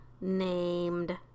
named